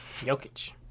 Jokic